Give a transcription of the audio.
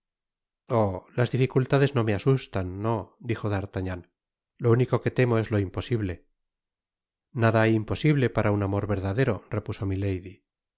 las dificultades no me asustan no dijo d'artagnan lo único que temo es lo imposible nada hay imposible para un amor verdadero repuso milady